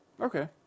Okay